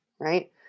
right